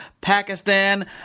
Pakistan